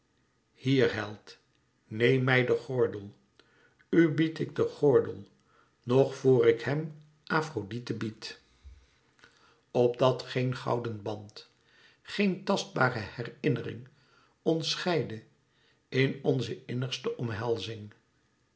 hier held neem mij den gordel bied ik den gordel nog vor ik hem afrodite bied opdat geen gouden band geen tastbare herinnering ons scheide in onze innigste omhelzing